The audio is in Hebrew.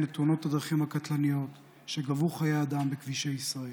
את תאונות הדרכים הקטלניות שגבו חיי אדם בכבישי ישראל.